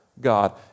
God